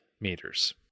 meters